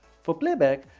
for playback,